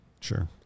Sure